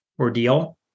ordeal